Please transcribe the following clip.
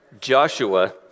Joshua